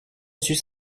suis